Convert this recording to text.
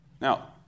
Now